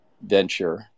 venture